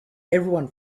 everyone